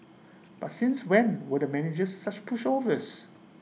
but since when were the managers such pushovers